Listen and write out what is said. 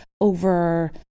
over